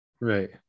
Right